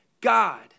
God